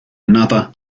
another